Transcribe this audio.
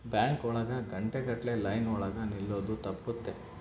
bank ಒಳಗ ಗಂಟೆ ಗಟ್ಲೆ ಲೈನ್ ಒಳಗ ನಿಲ್ಲದು ತಪ್ಪುತ್ತೆ